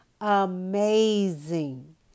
amazing